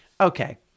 Okay